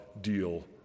deal